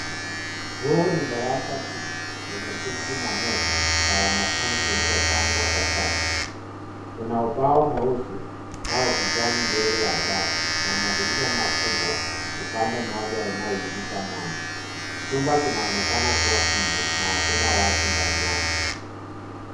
Huu ni darasa tupu, lenye viti na meza za wanafunzi zilizopangwa kwa safu. Kuna ubao mweusi au kijani mbele ya darasa, na madirisha makubwa upande mmoja unaoingiza mwanga. Chumba kinaonekana kuwa kimya, na hakuna watu ndani yake.